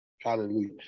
hallelujah